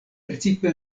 precipe